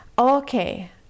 Okay